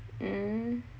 mm